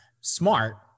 smart